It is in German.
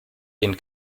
den